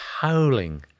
howling